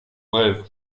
brève